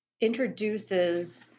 introduces